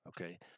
Okay